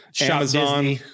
Amazon